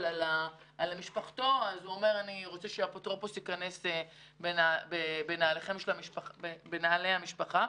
על משפחתו הוא מעדיף שהאפוטרופוס ייכנס בנעלי המשפחה,